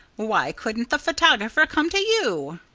why couldn't the photographer come to you?